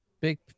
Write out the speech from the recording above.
big